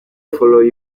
follow